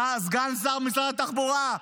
סגן שר במשרד התחבורה.